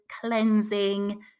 cleansing